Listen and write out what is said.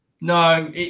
No